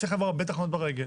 צריך לעבור הרבה תחנות בדרך.